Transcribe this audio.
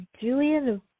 Julian